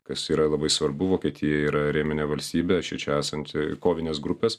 kas yra labai svarbu vokietija yra rėminė valstybė šičia esanti kovines grupes